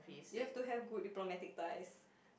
you have to have good diplomatic ties